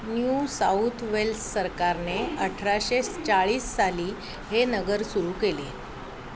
new South Wales सरकारने अठराशे चाळीस साली हे नगर सुरू केले